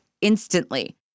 instantly